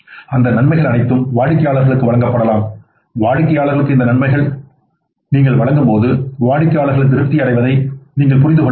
அந்த நன்மைகள் அனைத்தும் வாடிக்கையாளர்களுக்கு வழங்கப்படலாம் வாடிக்கையாளர்களுக்கு இந்த நன்மைகளை நீங்கள் வழங்கும்போது வாடிக்கையாளர்கள் திருப்தி அடைவதை நீங்கள் புரிந்து கொள்ள முடியும்